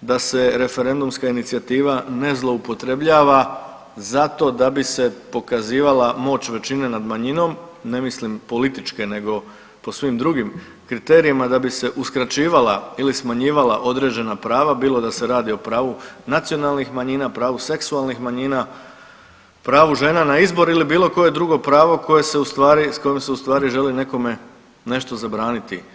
da se referendumska inicijativa ne zloupotrebljava zato da bi se pokazivala moć većine nad manjinom, ne mislim političke nego po svim drugim kriterijima da bi se uskraćivala ili smanjivala određena prava, bilo da se radi o pravu nacionalnih manjina, pravu seksualnih manjina, pravu žena na izbor ili bilo koje drugo pravo s kojom se ustvari želi nekome nešto zabraniti.